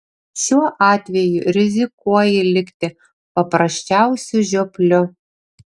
šiuo atveju rizikuoji likti paprasčiausiu žiopliu